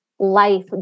Life